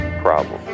problem